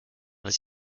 dass